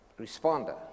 responder